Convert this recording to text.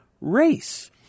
race